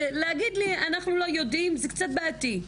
להגיד לי אנחנו לא יודעים זה קצת בעייתי.